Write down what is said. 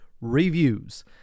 reviews